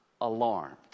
alarmed